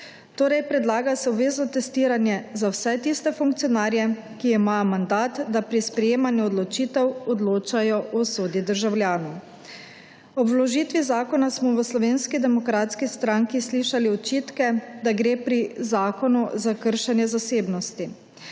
Torej predlaga se obvezno testiranje za vse tiste funkcionarje, ki imajo mandat, da pri sprejemanju odločitev odločajo o usodi državljanov. Ob vložitvi zakona smo v Slovenski demokratski stranki slišali očitke, da gre pri zakonu za kršenje zasebnosti.